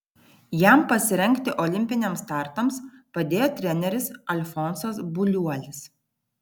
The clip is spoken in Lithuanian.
jam pasirengti olimpiniams startams padėjo treneris alfonsas buliuolis